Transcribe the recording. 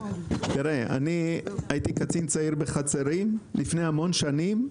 אני הייתי קצין צעיר בחצרים לפני המון שנים,